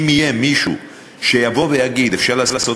אם יהיה מישהו שיבוא ויגיד שאפשר לעשות